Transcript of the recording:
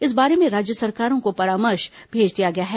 इस बारे में राज्य सरकारों को परामर्श भेज दिया गया है